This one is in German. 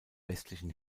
westlichen